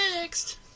next